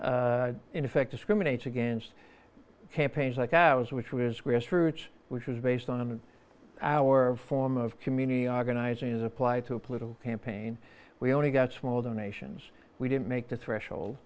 and in effect discriminates against campaigns like ows which was grassroots which was based on our form of community organizing as applied to a political campaign we only got small donations we didn't make the threshold